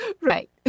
Right